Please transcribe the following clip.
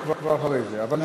אז אנחנו כבר אחרי זה, אבל בסדר.